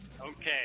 Okay